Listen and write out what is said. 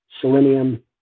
selenium